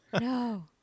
No